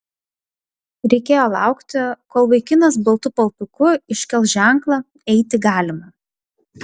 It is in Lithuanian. reikėjo laukti kol vaikinas baltu paltuku iškels ženklą eiti galima